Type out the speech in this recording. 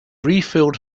refilled